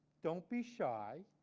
don't be shy.